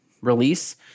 release